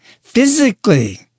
physically